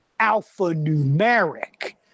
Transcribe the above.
alphanumeric